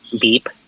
beep